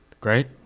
Great